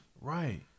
Right